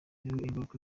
ingaruka